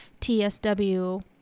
TSW